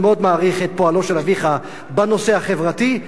אני מאוד מעריך את פועלו של אביך בנושא החברתי,